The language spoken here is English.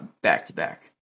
back-to-back